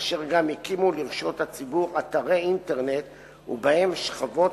אשר גם הקימו לרשות הציבור אתרי אינטרנט ובהם שכבות